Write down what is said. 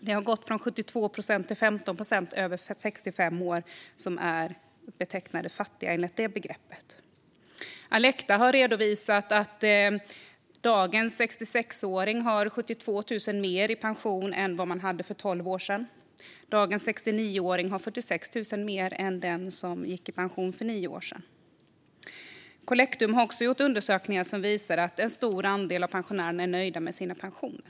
Det har gått från 72 till 15 procent personer över 65 år som betecknas som fattiga enligt det begreppet. Alecta har redovisat att dagens 66-åring har 72 000 mer i pension än vad man hade för tolv år sedan, och dagens 69-åring har 46 000 mer än den som gick i pension för nio år sedan. Collectum har också gjort undersökningar som visar att en stor andel av pensionärerna är nöjda med sina pensioner.